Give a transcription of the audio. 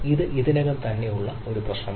ഇത് ഇതിനകം തന്നെ ഉള്ള ഒരു പ്രശ്നമാണ്